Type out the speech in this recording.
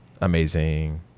amazing